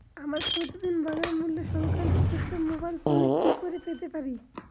আমরা প্রতিদিন বাজার মূল্য সংক্রান্ত তথ্য মোবাইল ফোনে কি করে পেতে পারি?